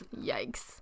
Yikes